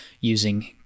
using